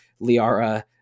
Liara